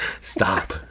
Stop